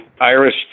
Irish